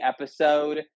episode